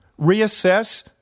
reassess